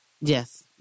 Yes